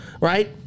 right